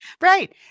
Right